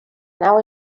nau